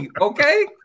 okay